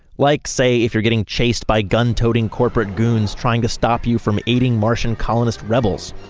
like, say, if you're getting chased by gun-toting corporate goons trying to stop you from eating martian colonist rebels.